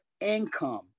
income